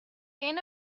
gain